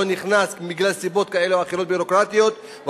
לא נכנס בגלל סיבות ביורוקרטיות כאלה ואחרות,